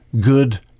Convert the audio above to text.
good